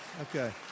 okay